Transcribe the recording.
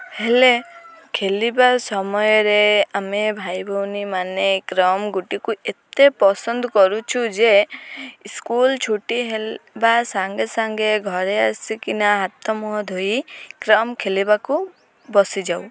ହେଲେ ଖେଳିବା ସମୟରେ ଆମେ ଭାଇ ଭଉଣୀ ମାନେ କ୍ୟାରମ୍ ଗୋଟିକୁ ଏତେ ପସନ୍ଦ କରୁଛୁ ଯେ ସ୍କୁଲ ଛୁଟି ହେଲ ବା ସାଙ୍ଗେ ସାଙ୍ଗେ ଘରେ ଆସିକିନା ହାତ ମୁହଁ ଧୋଇ କ୍ୟାରମ୍ ଖେଳିବାକୁ ବସିଯାଉ